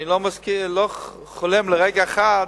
אני לא חולם לרגע אחד